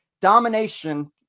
domination